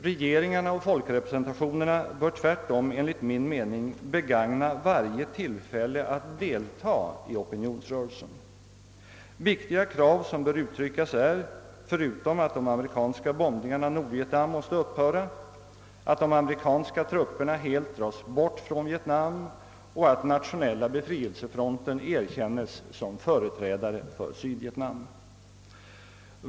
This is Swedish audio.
Regeringarna och folkrepresentationerna bör tvärtom enligt min mening begagna varje tillfälle att delta i opinionsrörelsen. Viktiga krav som bör uttryckas är förutom att de amerikanska bombningarna av Nordvietnam måste upphöra, att de amerikanska trupperna helt dras bort från Vietnam och att nationella befrielsefronten erkännes som företrädare för Sydvietnam.